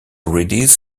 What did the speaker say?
released